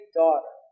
daughter